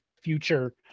future